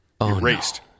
erased